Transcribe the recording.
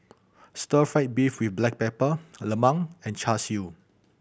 stir fried beef with black pepper lemang and Char Siu